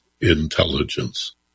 intelligence